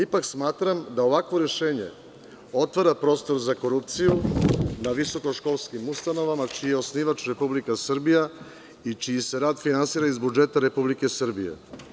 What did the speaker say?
Ipak, smatram da ovakvo rešenje otvara prostor za korupciju na visokoškolskim ustanovama, čiji je osnivač Republika Srbija i čiji se rad finansira iz budžeta Republike Srbije.